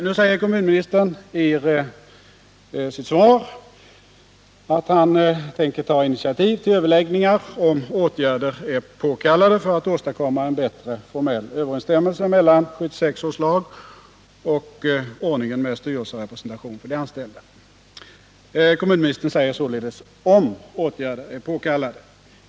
Nu säger kommunministern i sitt svar att han tänker ta initiativ till överläggningar, om åtgärder är påkallade för att åstadkomma en bättre formell överensstämmelse mellan 1976 års lag och ordningen med styrelserepresentation för de anställda. Kommunministern säger således om åtgärder är påkallade.